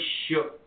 shook